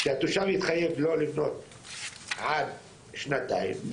שהתושב יתחייב לא לבנות עד שנתיים,